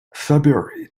february